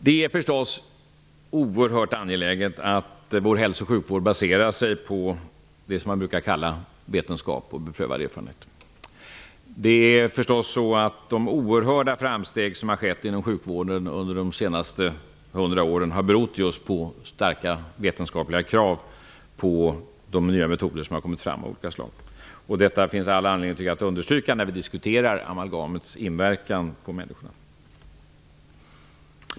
Det är förstås oerhört angeläget att vår hälso och sjukvård baserar sig på det som man brukar kalla vetenskap och beprövad erfarenhet. De oerhörda framsteg som har skett inom sjukvården under de senaste hundra åren har berott just på starka vetenskapliga krav på de nya metoder av olika slag som har kommit fram. Detta finns det all anledning att understryka när vi diskuterar amalgamets inverkan på människorna.